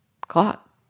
Caught